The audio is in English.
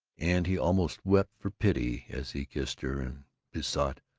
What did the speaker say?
and he almost wept for pity as he kissed her and besought,